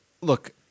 Look